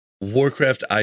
Warcraft